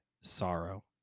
sorrow